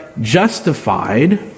justified